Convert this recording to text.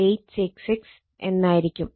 866 എന്നായിരിക്കും